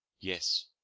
yes,